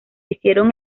hicieron